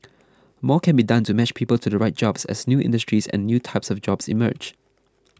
more can be done to match people to the right jobs as new industries and new types of jobs emerge